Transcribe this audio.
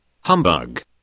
Humbug